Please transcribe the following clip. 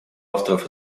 авторов